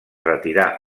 retirà